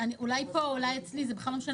אולי פה, אולי אצלי, זה בכלל לא משנה.